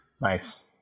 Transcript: Nice